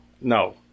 no